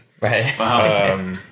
Right